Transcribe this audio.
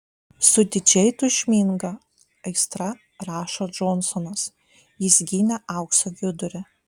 su didžiai tūžminga aistra rašo džonsonas jis gynė aukso vidurį